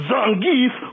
Zangief